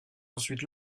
ensuite